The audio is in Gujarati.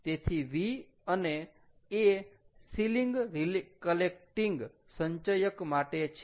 તેથી v અને a સિલીંગ રીકલેક્ટિંગ સંચયક માટે છે